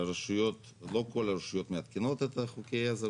לא כל הרשויות מעדכנות את חוקי העזר,